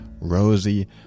Rosie